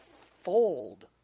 fold